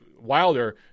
wilder